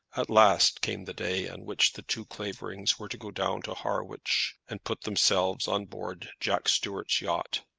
at last came the day on which the two claverings were to go down to harwich and put themselves on board jack stuart's yacht.